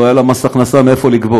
לא יהיה לה מס הכנסה, מאיפה לגבות.